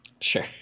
Sure